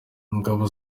ingabo